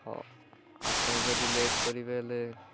ହଉ ଆପଣ ଯଦି ଲେଟ୍ କରିବେ ହେଲେ